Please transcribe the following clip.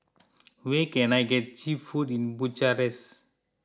where can I get Cheap Food in Bucharest